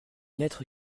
lettre